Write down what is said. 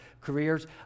careers